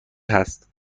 هست